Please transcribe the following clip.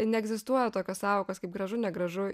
neegzistuoja tokios sąvokos kaip gražu negražu